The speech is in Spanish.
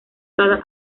cada